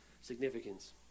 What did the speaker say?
significance